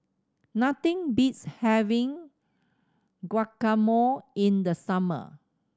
nothing beats having Guacamole in the summer